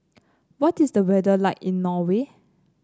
what is the weather like in Norway